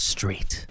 Street